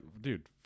dude